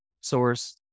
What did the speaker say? source